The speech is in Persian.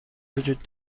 وجود